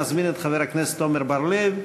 אני מזמין את חבר הכנסת עמר בר-לב,